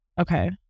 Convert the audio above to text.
Okay